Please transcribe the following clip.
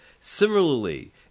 Similarly